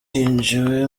yinjijwe